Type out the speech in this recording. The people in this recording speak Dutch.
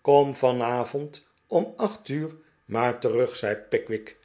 kom van avond om acht uur maar terug zei pickwick